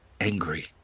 angry